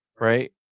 Right